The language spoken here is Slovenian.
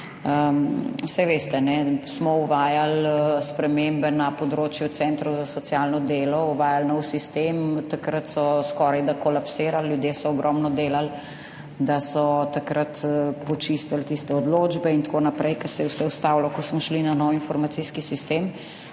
saj veste, smo uvajali spremembe na področju centrov za socialno delo, uvajali nov sistem, takrat so skorajda kolapsirali, ljudje so ogromno delali, da so takrat počistili tiste odločbe in tako naprej, ko se je vse ustavilo, ko smo šli na nov informacijski sistem